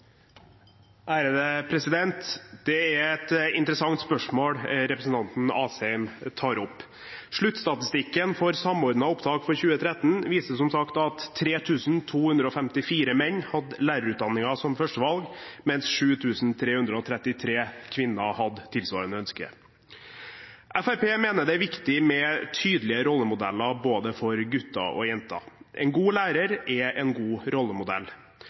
et interessant spørsmål representanten Asheim tar opp. Sluttstatistikken for Samordna opptak for 2013 viser som sagt at 3 254 menn hadde lærerutdanningen som førstevalg, mens 7 333 kvinner hadde tilsvarende ønske. Fremskrittspartiet mener det er viktig med tydelige rollemodeller for både gutter og jenter. En god lærer er en god rollemodell.